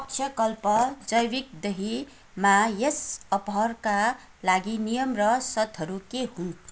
अक्ष्यकल्प जैविक दहीमा यस अफरका लागि नियम र सर्तहरू के हुन्